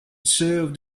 served